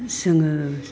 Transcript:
जोङो